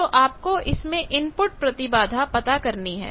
तो आपको इसमें इनपुट प्रतिबाधा पता करनी है